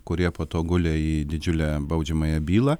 kurie po to gulė į didžiulę baudžiamąją bylą